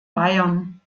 bayern